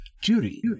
jury